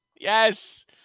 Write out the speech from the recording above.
Yes